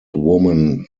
woman